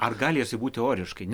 ar gali jisai būt teoriškai nes